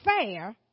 fair